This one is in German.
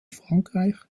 frankreich